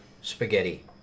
spaghetti